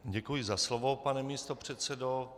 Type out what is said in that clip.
Děkuji za slovo, pane místopředsedo.